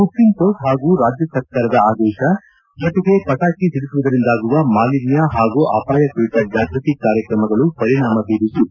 supreme court ಹಾಗೂ ರಾಜ್ಯ ಸರ್ಕಾರದ ಆದೇಶ ಜೊತೆಗೆ ಪಟಾಕಿ ಸಿಡಿಸುವುದರಿಂದಾಗುವ ಮಾಲಿನ್ಯ ಹಾಗೂ ಅಪಾಯ ಕುರಿತ ಜಾಗೃತಿ ಕಾರ್ಯಕ್ರಮಗಳು ಪರಿಣಾಮ ಬೀರಿದ್ದು